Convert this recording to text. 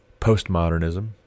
postmodernism